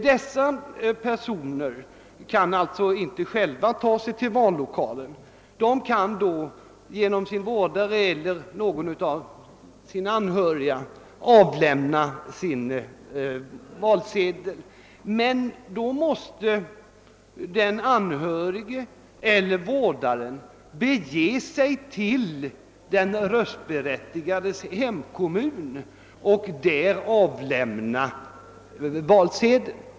Dessa personer kan inte själva ta sig till vallokalen, och om de genom sin vårdare eller någon anhörig skall avlämna valsedeln, måste vederbörande bege sig till den röstberättigades hemkommun för att göra detta.